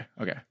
okay